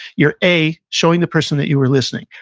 you're, a, showing the person that you were listening.